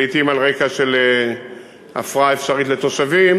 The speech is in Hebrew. לעתים על רקע של הפרעה אפשרית לתושבים.